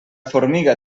formiga